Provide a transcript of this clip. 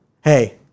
hey